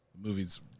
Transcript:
movies